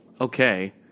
okay